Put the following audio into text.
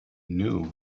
knew